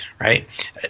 right